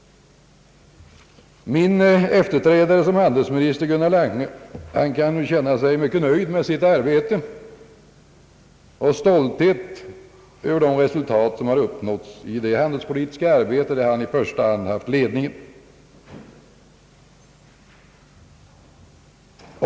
Min efterträdare som handelsminister, Gunnar Lange, kan vara mycket nöjd med sitt arbete och känna stolthet över de resultat som har uppnåtts i det handelspolitiska arbete som han i första hand har lett.